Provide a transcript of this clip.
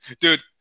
dude